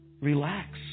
relax